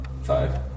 Five